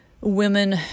women